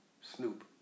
Snoop